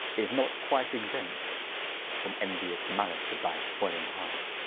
is not quite exempt from enuious mallice of thy swelling heart